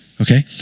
Okay